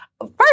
First